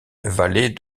valet